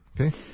Okay